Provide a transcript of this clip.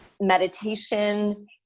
meditation